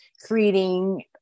creating